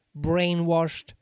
brainwashed